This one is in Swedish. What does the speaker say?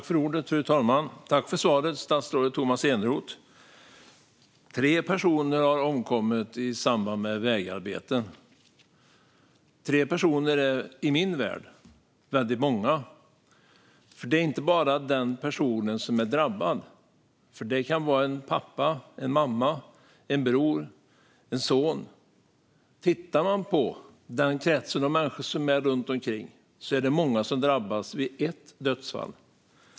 Fru talman! Jag tackar för svaret, statsrådet Tomas Eneroth. Tre personer har omkommit i samband med vägarbeten. Tre personer är, i min värld, väldigt många. Det är inte bara en person som är drabbad. Det kan vara en pappa, mamma, bror eller son. Tittar man på kretsen av människor runt den som omkommit är det många som drabbas vid ett dödsfall.